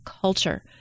culture